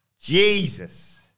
Jesus